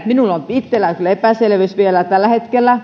minulla on itsellä kyllä epäselvyys vielä tällä hetkellä